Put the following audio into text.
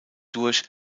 durch